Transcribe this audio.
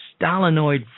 Stalinoid